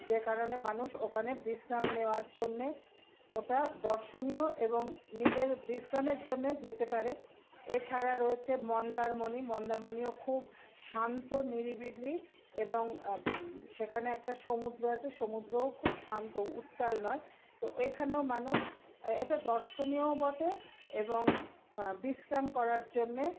যে কারণে মানুষ ওখানে বিশ্রাম নেওয়ার জন্যে ওটা দর্শনীয় এবং নিজের বিশ্রামের জন্যে যেতে পারে এছাড়া রয়েছে মন্দারমণি মন্দারমণিও খুব শান্ত নিরিবিলি এবং সেখানে একটা সমুদ্র আছে সমুদ্রও খুব শান্ত উত্তাল নয় তো এখানেও মানুষ এটা দর্শনীয়ও বটে এবং বিশ্রাম করার জন্যে